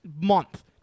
month